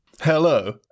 Hello